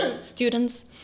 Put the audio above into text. students